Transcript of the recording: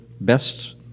best